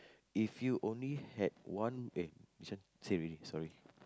if you only had one eh this one say already sorry